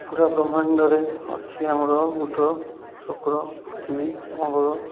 ପୁରା ବ୍ରହ୍ମାଣ୍ଡରେ ଅଛି ଆମର ବୁଦ୍ଧ ଶୁକ୍ର ପୃଥିବୀ ମଙ୍ଗଳ